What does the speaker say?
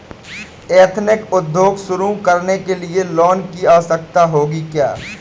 Ethnic उद्योग शुरू करने लिए लोन की आवश्यकता होगी क्या?